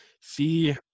see